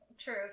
True